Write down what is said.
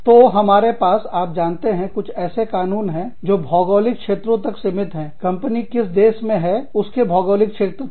तो हमारे पास आप जानते हैं कुछ ऐसे कानून हैं जो भौगोलिक क्षेत्रों तक सीमित है कंपनी किस देश में है उसके भौगोलिक क्षेत्र तक